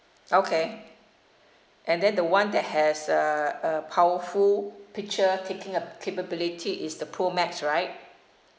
okay and then the one that has a a powerful picture taking uh p~ capability is the pro max right